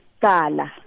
Kala